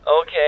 Okay